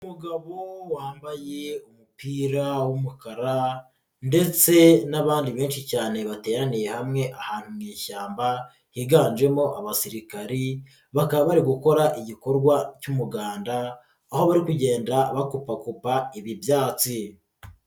Umugabo wambaye umupira w'umukara ndetse n'abandi benshi cyane bateraniye hamwe ahantu mu ishyamba higanjemo abasirikari bakaba bari gukora igikorwa cy'umuganda aho bari kugenda bakupakupa ibi byatsi.